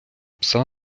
пса